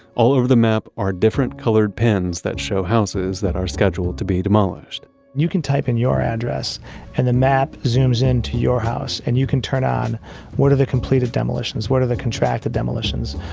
all over the map are different colored pins that show houses that are scheduled to be demolished you can type in your address and the map zooms into your house and you can turn on what are the completed demolitions, what are the contracted demolitions,